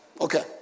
Okay